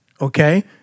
Okay